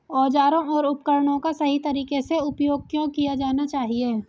औजारों और उपकरणों का सही तरीके से उपयोग क्यों किया जाना चाहिए?